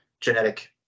genetic